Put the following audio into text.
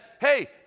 hey